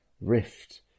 rift